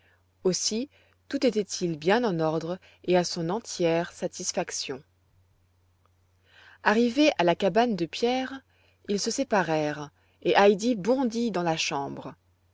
aussi tout était-il bien en ordre et à son entière satisfaction arrivés à la cabane de pierre ils se séparèrent et heidi bondit dans la chambre